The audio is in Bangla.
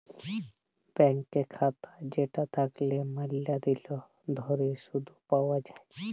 ব্যাংকের খাতা যেটা থাকল্যে ম্যালা দিল ধরে শুধ পাওয়া যায়